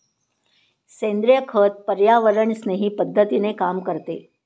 सेंद्रिय खत पर्यावरणस्नेही पद्धतीने काम करते